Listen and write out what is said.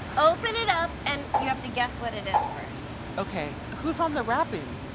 open it up and you have to guess what it is first. okay, who's on the wrapping?